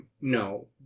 no